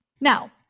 Now